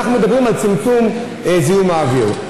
ואנחנו מדברים על צמצום זיהום האוויר.